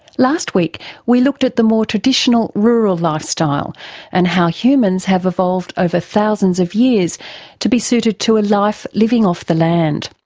last week we looked at the more traditional rural lifestyle and how humans have evolved over ah thousands of years to be suited to a life living off the land.